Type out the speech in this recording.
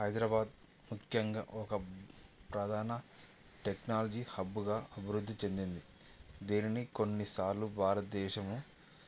హైదరాబాద్ ముఖ్యంగా ఒక ప్రధాన టెక్నాలజీ హబ్బుగా అభివృద్ధి చెందింది దీనిని కొన్నిసార్లు భారతదేశము